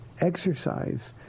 exercise